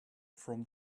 from